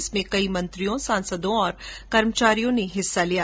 इसमें कई मंत्रियों सांसदों और कर्मचारियों ने हिस्सा लिया